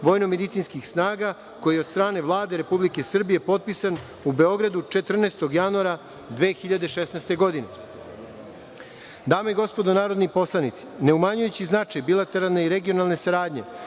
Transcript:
vojnomedicinskih snaga, koji je od strane Vlade Republike Srbije potpisan u Beogradu 14. januara 2016. godine. Dame i gospodo narodni poslanici ne umanjujući značaj bilateralne i regionalne saradnje